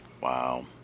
Wow